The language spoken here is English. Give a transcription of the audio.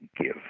give